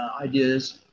ideas